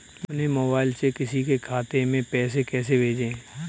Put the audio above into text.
अपने मोबाइल से किसी के खाते में पैसे कैसे भेजें?